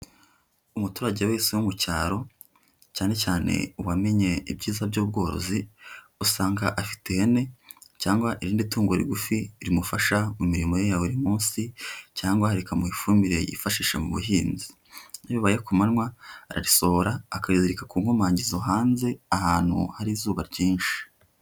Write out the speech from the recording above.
Umuturage wese wo mu cyaro cyane cyane uwamenye ibyiza by'ubworozi usanga afite ihene cyangwa irindi tungo rigufi rimufasha mu mirimo ye ya buri munsi cyangwa rikamuha ifumbire yifashisha mu buhinzi, iyo bibaye ku manywa ararisohora akarizirika ku nkomangizo hanze ahantu hari izuba ryinshi.